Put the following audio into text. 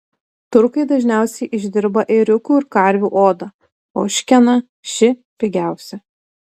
turkai dažniausiai išdirba ėriukų ir karvių odą ožkeną ši pigiausia